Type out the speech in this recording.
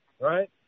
right